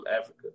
Africa